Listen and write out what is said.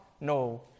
no